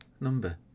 number